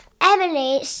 Emily